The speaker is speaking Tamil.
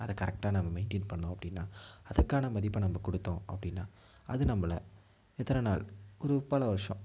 அதை கரெட்டாக நம்ம மெயின்டைன் பண்ணோம் அப்படினா அதுக்கான மதிப்பை நம்ம கொடுத்தோம் அப்படினா அது நம்மளை எத்தனை நாள் ஒரு பல வர்ஷம்